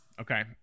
Okay